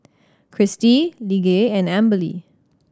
Kristi Lige and Amberly